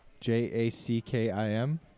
J-A-C-K-I-M